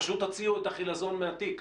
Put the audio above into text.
פשוט הוציאו את החילזון מהתיק.